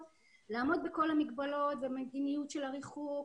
לעמוד בכל המגבלות ובמדיניות של הריחוק.